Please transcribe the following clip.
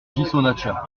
ghisonaccia